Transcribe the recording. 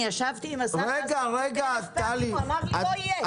אני נפגשתי עם השר והוא אמר לי שזה לא יהיה,